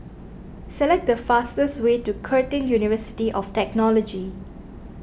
select the fastest way to Curtin University of Technology